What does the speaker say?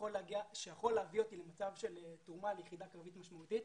שיכול להביא אותי למצב של תרומה ליחידה קרבית משמעותית.